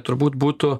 turbūt būtų